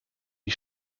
die